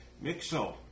Mixo